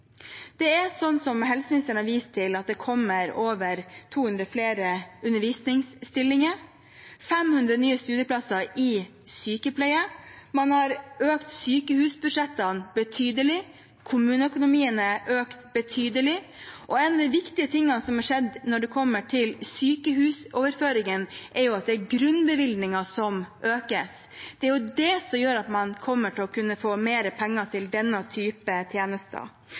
Som helseministeren har vist til, kommer det over 200 flere undervisningsstillinger og 500 nye studieplasser i sykepleie. Man har økt sykehusbudsjettene betydelig. Kommuneøkonomien er også økt betydelig, og én av de viktige tingene som har skjedd når det gjelder sykehusoverføringene, er at det er grunnbevilgningen som økes. Det er det som gjør at man kommer til å få mer penger til denne typen tjenester.